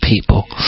people